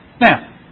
Now